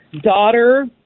daughter